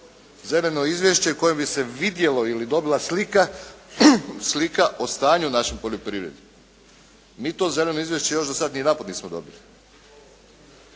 Zeleno izvješće u kojem bi se vidjelo ili dobila slika o stanju u našoj poljoprivredi. Mi to zeleno izvješće još do sad nijedanput nismo dobili.